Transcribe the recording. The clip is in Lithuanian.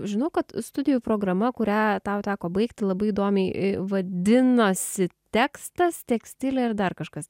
žinau kad studijų programa kurią tau teko baigti labai įdomiai vadinosi tekstas tekstilė ir dar kažkas